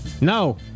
No